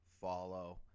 follow